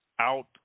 out